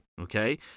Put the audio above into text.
okay